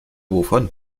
wovon